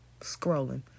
scrolling